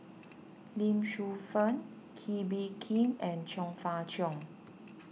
Lee Shu Fen Kee Bee Khim and Chong Fah Cheong